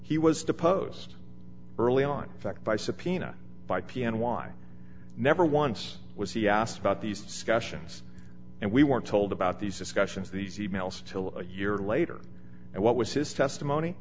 deposed early on in fact by subpoena by p n why never once was he asked about these discussions and we weren't told about these discussions these e mails till a year later and what was his testimony